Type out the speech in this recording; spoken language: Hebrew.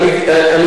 קצת את הווליום?